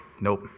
Nope